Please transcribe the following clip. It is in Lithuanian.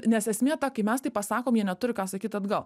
nes esmė ta kai mes taip pasakom jie neturi ką sakyt atgal